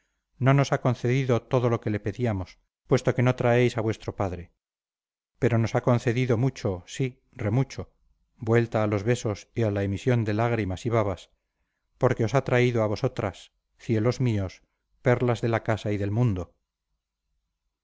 no nos ha concedido todo lo que le pedíamos puesto que no traéis a vuestro padre pero nos ha concedido mucho sí re mucho vuelta a los besos y a la emisión de lágrimas y babas porque os ha traído a vosotras cielos míos perlas de la casa y del mundo